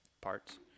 parts